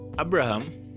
Abraham